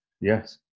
Yes